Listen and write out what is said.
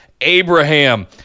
abraham